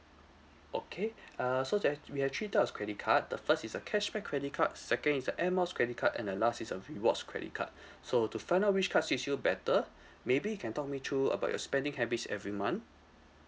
okay uh so just we have three types of credit card the first is a cashback credit card second is the air miles credit card and the last is a rewards credit card so to find out which card fits you better maybe you can talk me through about your spending habits every month